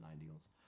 ideals